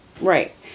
Right